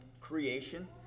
creation